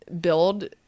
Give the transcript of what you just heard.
build